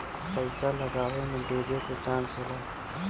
पइसा लगावे मे डूबे के चांस होला